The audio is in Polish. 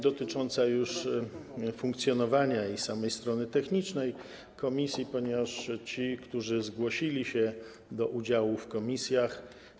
Dotyczy to już funkcjonowania i samej strony technicznej działania komisji, ponieważ ci, którzy zgłosili się do udziału w komisjach.